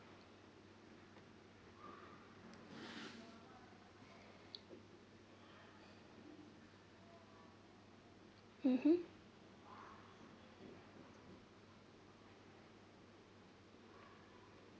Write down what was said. mmhmm